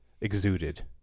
exuded